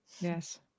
Yes